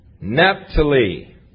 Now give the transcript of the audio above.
Naphtali